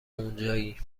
اونجایی